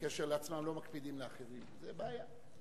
בקשר לעצמם, לא מקפידים באשר לאחרים, זו בעיה.